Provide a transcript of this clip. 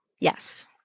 Yes